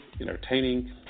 entertaining